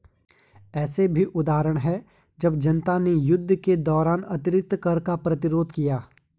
ऐसे भी उदाहरण हैं जब जनता ने युद्ध के दौरान अतिरिक्त कर का प्रतिरोध किया